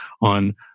on